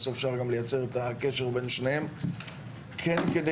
בסוף אפשר לייצר גם את הקשר בין שניהם כן כדי